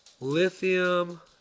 lithium